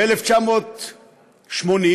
ב-1982,